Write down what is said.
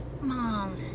Mom